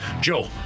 Joe